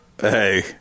Hey